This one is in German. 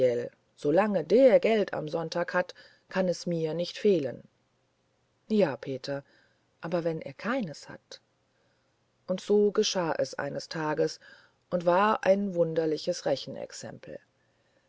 solange der geld hat am sonntag kann es mir nicht fehlen ja peter aber wenn er keines hat und so geschah es eines tages und war ein wunderliches